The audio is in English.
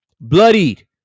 Bloodied